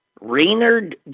Raynard